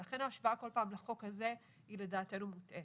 לכן ההשוואה כל פעם לחוק הזה היא לדעתנו מוטעית.